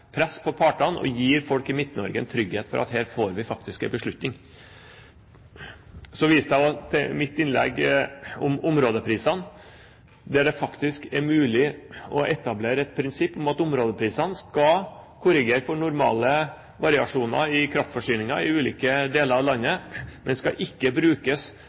press på partene og gir folk i Midt-Norge en trygghet for at her får vi faktisk en beslutning. I mitt innlegg viste jeg også til områdeprisene. Det er faktisk mulig å etablere et prinsipp om at områdepriser skal korrigere for normale variasjoner i kraftforsyningen i ulike deler av landet, men skal ikke brukes